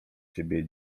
ciebie